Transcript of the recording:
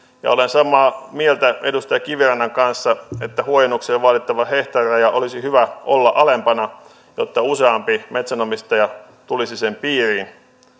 olen samaa mieltä edustaja kivirannan kanssa että huojennuksiin vaadittavan hehtaarirajan olisi hyvä olla alempana jotta useampi metsänomistaja tulisi sen piiriin